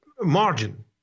margin